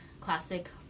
classic